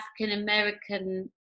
african-american